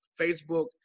Facebook